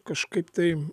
kažkaip tai